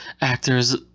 actors